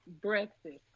breakfast